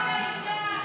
מעמד האישה.